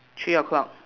three o'clock